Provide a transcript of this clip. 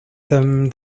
them